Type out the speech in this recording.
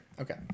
Okay